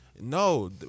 no